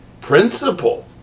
principle